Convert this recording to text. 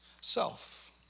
self